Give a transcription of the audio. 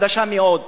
חדשה מאוד,